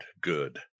good